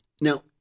Now